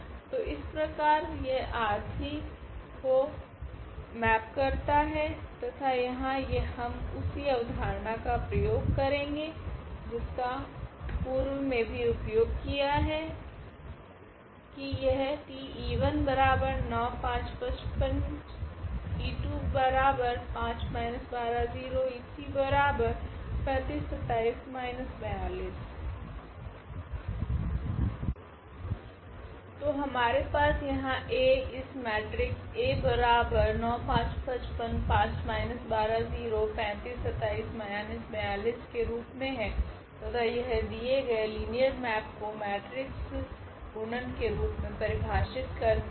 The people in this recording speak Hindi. तो इस प्रकार यह ℝ3 को मेप करता है तथा यहा हम उसी अवधारणा का प्रयोग करेगे जिसका पूर्व मे भी उपयोग किया है की यह 𝑇𝑒1 9 5 55 𝑒2 5 − 12 0 𝑒3 35 27 − 42 तो हमारे पास यहाँ A इस मेट्रिक्स के रूप मे है तथा यह दिये गए लिनियर मेप को मेट्रिक्स गुणन के रूप मे परिभाषित करती है